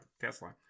tesla